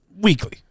weekly